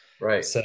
Right